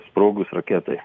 sprogus raketai